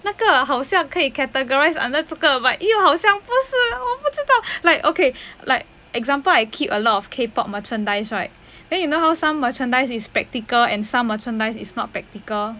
那个好像可以 categorise under 这个 but 又好像不是我不知道 like okay like example I keep a lot of K pop merchandise right then you know how some merchandise is practical and some merchandise is not practical